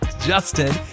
Justin